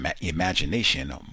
imagination